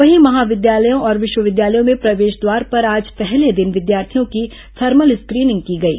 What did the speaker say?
वहीं महाविद्यालयों और विश्वविद्यालयों में प्रवेश द्वार पर आज पहले दिन विद्यार्थियों की थर्मल स्क्रीनिंग की गई